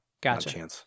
Gotcha